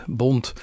bond